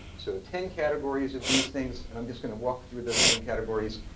so ten categories of these things. and i'm just going to walk through those ten categories.